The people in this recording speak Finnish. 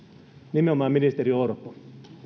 nimenomaan ministeri orpo